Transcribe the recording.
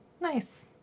nice